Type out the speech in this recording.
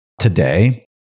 today